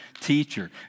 teacher